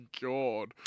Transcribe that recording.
God